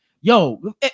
Yo